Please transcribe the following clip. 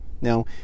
now